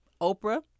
Oprah